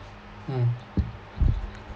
mm